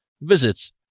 visits